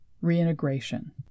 Reintegration